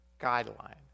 guideline